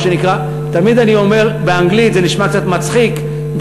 באנגלית זה נשמע קצת מצחיק,